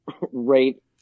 rate